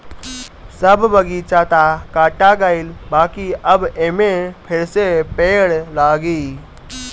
सब बगीचा तअ काटा गईल बाकि अब एमे फिरसे पेड़ लागी